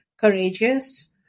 courageous